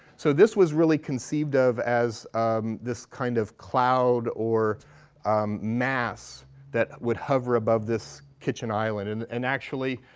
so this was really conceived of as this kind of cloud or um mass that would hover above this kitchen island. and and actually,